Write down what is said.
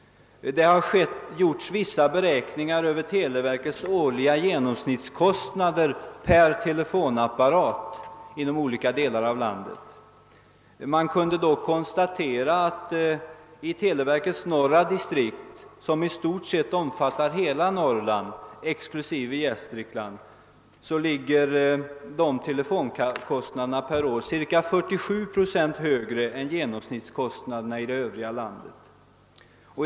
Det har gjorts vissa beräkningar om televerkets årliga genomsnittskostnader per telefonapparat inom olika delar av landet. På grundval därav kan konstateras att i televerkets norra distrikt, som i stort sett omfattar hela Norrland exklusive Gästrikland, telefonkostnaderna är cirka 47 procent högre än genomsnittskostnaderna i landet i övrigt.